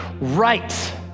right